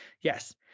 yes